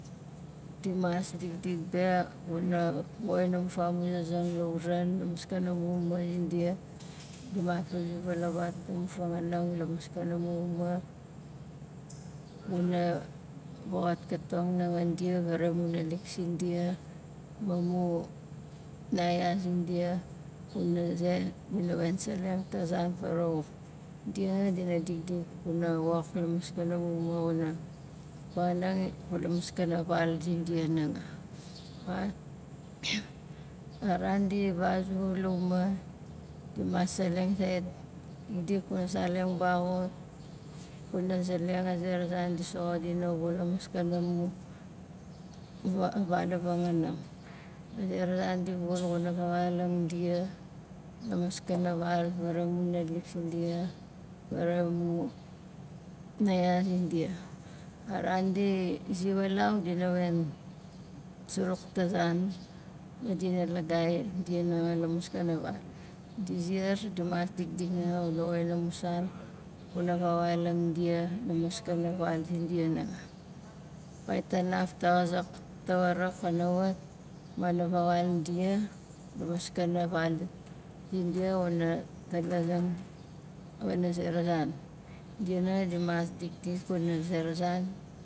Dimas dikdik be wana woxin amu famuzasang lauran la maskana mu uma zindia dimas wat amu fangaanang la maskana mu uma kuna voxatkatong nanga dia varawa amu naalik sindia ma mu naya zindia xuna ze dina wen seleng ta zan farauwak dia dina dikdik kuna wok pana mu maskana mu uma xuna kuna maskana val zindia hanga a ran di vazu la uma dimas seleng sait dikdik pana saleng baxut kuna zeleng a zera zan di soxot dina wul la maskana mu va- val a vangaanang a zera zan di wul xuna vawaulang dia la maskana val varamu naalik zindia varamu naya zindia a ran di zi walau dina wen suruk ta zan ma dina lagai dina wan la maskana val di ziar dimas dikdik nanga wana woxin amu san kuna vawaulang dia la maskana val zindia nanga kawit tanaf ta xazak tawarak kana wat ma na vawaul dia la maskana val zindia xuna wana zera zan dia nanga dimas dikdik wana zera zan